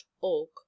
org